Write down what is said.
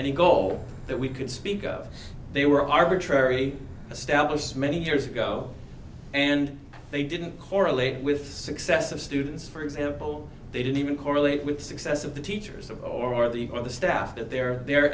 any goal that we could speak of they were arbitrary established many years ago and they didn't correlate with success of students for example they didn't even correlate with the success of the teachers or the other staff that the